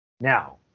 Now